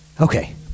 Okay